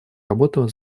работа